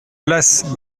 place